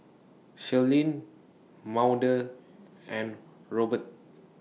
Shirleen Maude and Rober